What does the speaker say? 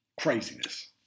Craziness